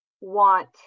want